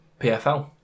PFL